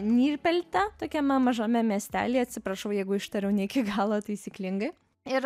nyrpelte tokiame mažame miestelyje atsiprašau jeigu ištariau ne iki galo taisyklingai ir